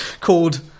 Called